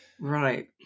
Right